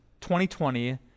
2020